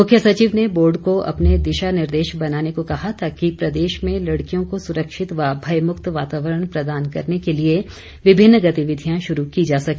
मुख्य सचिव ने बोर्ड को अपने दिशा निर्देश बनाने को कहा ताकि प्रदेश में लड़कियों को सुरक्षित व भयमुक्त वातावरण प्रदान करने के लिए विभिन्न गतिविधियां शुरू की जा सके